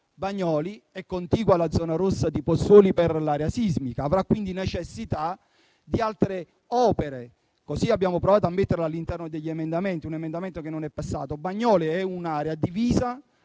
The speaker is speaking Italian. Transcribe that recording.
altro: è contigua alla zona rossa di Pozzuoli per l'area sismica e, quindi, avrà necessità di altre opere. Così abbiamo provato a inserirla all'interno degli emendamenti, in una proposta emendativa che non è passata. Bagnoli è un'area divisa